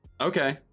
okay